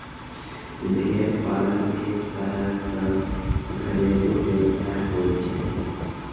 भेड़ पालन एक तरह सॅ घरेलू व्यवसाय होय छै